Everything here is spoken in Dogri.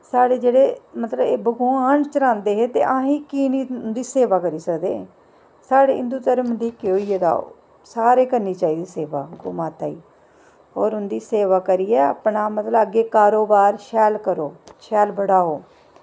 साढ़े जेह्ड़े मतलब एह् भगवान चरांदे हे ते अस कीऽ निं इं'दी सेवा करी सकदे साढ़े हिंदू धर्म गी केह् होई गेदा सारे करनी चाहिदी सेवा गौऽ माता दी होर उं'दी सेवा करियै अपना मतलब अग्गें कारोबार शैल करो शैल बढ़ाओ